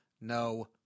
no